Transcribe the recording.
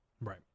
right